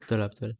betul lah betul